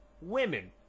women